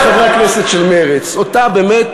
אפילו אני כבר הבנתי.